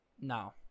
No